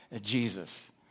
Jesus